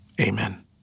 amen